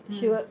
mm